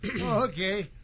Okay